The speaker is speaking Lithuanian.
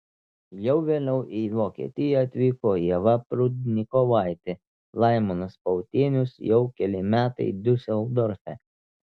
jau vėliau į vokietiją atvyko ieva prudnikovaitė laimonas pautienius jau keli metai diuseldorfe